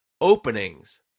openings